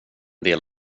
del